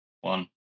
one